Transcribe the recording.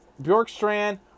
Bjorkstrand